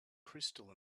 crystal